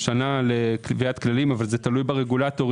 שנה לקביעת כללים אבל זה תלוי ברגולטורים.